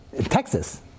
Texas